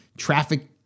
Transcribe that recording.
traffic